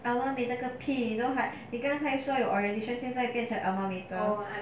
alma mater 那个屁 just like 你刚才说 like orientation 现在变成 alma mater army but I remember like means lah my my institution of choice